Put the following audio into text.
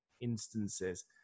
instances